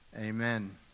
Amen